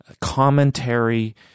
commentary –